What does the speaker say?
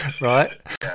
Right